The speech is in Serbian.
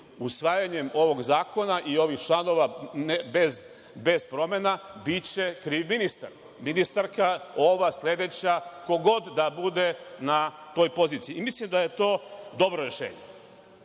usvajanjem ovog zakona i ovih članova bez promena, biće kriv ministar, ministarka ova sledeća, ko god da bude na toj poziciji. Mislim da je to dobro rešenje. Mislim